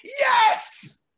Yes